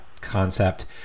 concept